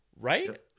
Right